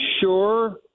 sure